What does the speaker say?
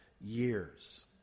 years